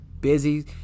busy